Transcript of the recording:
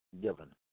given